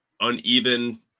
uneven